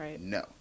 no